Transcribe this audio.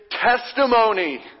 testimony